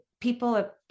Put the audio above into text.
people